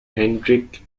hendrik